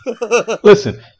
Listen